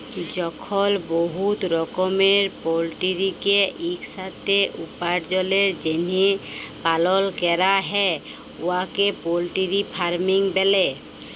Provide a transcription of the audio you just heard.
যখল বহুত রকমের পলটিরিকে ইকসাথে উপার্জলের জ্যনহে পালল ক্যরা হ্যয় উয়াকে পলটিরি ফার্মিং ব্যলে